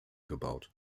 gebaut